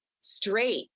straight